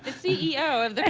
ceo of